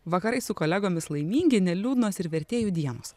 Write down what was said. vakarais su kolegomis laimingi neliūdnos ir vertėjų dienos